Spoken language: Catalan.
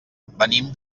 venim